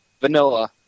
Vanilla